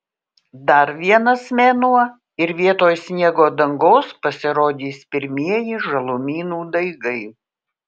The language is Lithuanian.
dar vienas mėnuo ir vietoj sniego dangos pasirodys pirmieji žalumynų daigai